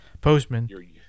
postman